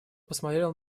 посмотрел